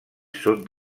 sud